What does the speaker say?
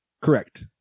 Correct